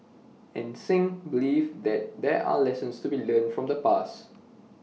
and Singh believes that there are lessons to be learnt from the past